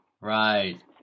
right